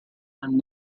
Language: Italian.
anni